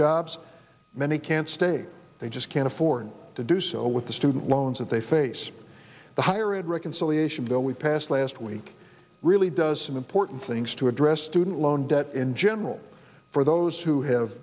jobs many can't stay they just can't afford to do so with the student loans that they face the higher ed reconciliation bill we passed last week really does some important things to address student loan debt in general for those who have